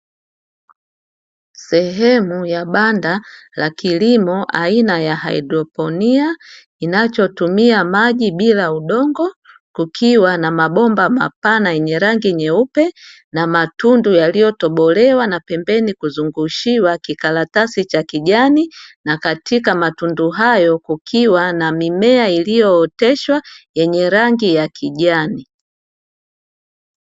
Sehemu ya banda la kilimo aina ya "hydroponi"inachotumia maji bila udongo kukiwa na mabomba mapana yenye rangi nyeupe na matundu yaliyotobolewa na pembeni kuzungushiwa kikaratasi cha kijani na katika matundu hayo kukiwa na mimea iliyooteshwa yenye rangi ya kijani.